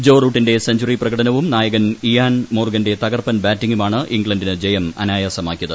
ജോ റൂട്ടിന്റെ സെഞ്ചുറി പ്രകടനവും നായകൻ ഇയാൻ മോർഗന്റെ തകർപ്പൻ ബാറ്റിംഗുമാണ് ഇംഗ്ലണ്ടിന് ജയം അനായാസമാക്കിയത്